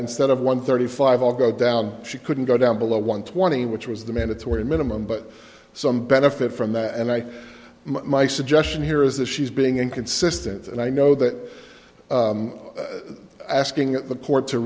instead of one thirty five all go down she couldn't go down below one twenty which was the mandatory minimum but some benefit from that and i my suggestion here is that she's being inconsistent and i know that asking the court to